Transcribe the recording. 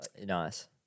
Nice